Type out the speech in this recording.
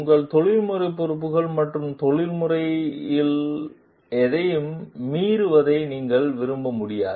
உங்கள் தொழில்முறை பொறுப்புகள் மற்றும் நெறிமுறைகளில் எதையும் மீறுவதை நீங்கள் விரும்ப முடியாது